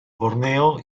borneo